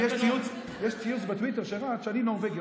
ויש ציוץ שרץ בטוויטר שאני נורבגי,